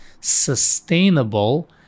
sustainable